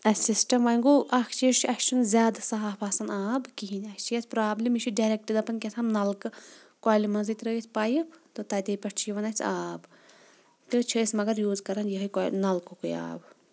اَسہِ سِسٹَم وۄنۍ گوٚو اَکھ چیٖز چھُ اَسہِ چھُنہٕ زیادٕ صاف آسان آب کِہیٖنۍ اَسہِ چھِ یَتھ پرٛابلِم یہِ چھُ ڈایرٮ۪کٹہٕ دَپان کیٛاہ تام نلکہٕ کۄلہِ منٛزٕے ترٛٲیِتھ پایِپ تہٕ تَتے پٮ۪ٹھ چھُ یِوان اَسہِ آب تہٕ چھِ اَسہِ مگر یوٗز کَران یِہٕے کۄ نَلکُکٕے آب